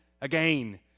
again